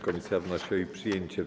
Komisja wnosi o jej przyjęcie.